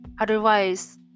otherwise